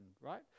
right